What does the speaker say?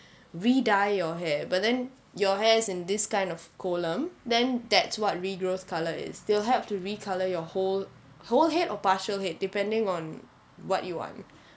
re-dye your hair but then your hair is in this kind of கோலம்:kolam then that's what regrowth colour they will help to re-colour your whole whole head or partial head depending on what you want